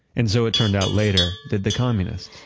and so, it turned out later that the communist,